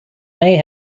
may